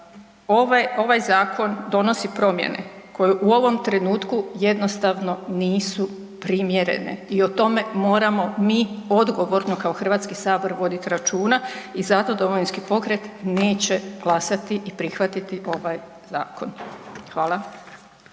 Ovaj zakon donosi promjene koje u ovom trenutku jednostavno nisu primjerene i o tome moramo mi odgovorno kao Hrvatski sabor voditi računa i zato Domovinski pokret neće glasati i prihvatiti ovaj zakon. Hvala.